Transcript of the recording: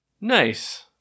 Nice